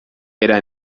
era